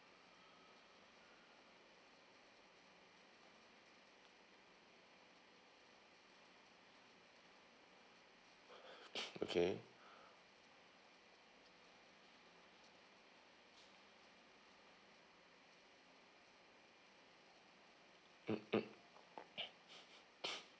okay mm mm